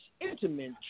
intimate